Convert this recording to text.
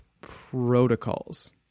protocols